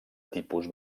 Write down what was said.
tipus